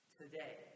today